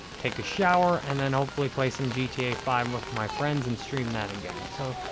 take a shower and then hopefully, play some g t a five with my friends and stream that again. so,